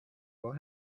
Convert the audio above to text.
will